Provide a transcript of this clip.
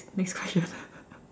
next question